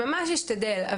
ממש אשתדל.